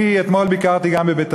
אני ביקרתי אתמול גם בבית-סוהר,